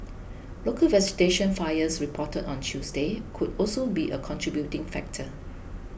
local vegetation fires reported on Tuesday could also be a contributing factor